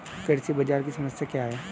कृषि बाजार की समस्या क्या है?